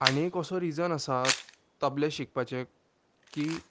आणी एक असो रिजन आसा तबले शिकपाचे की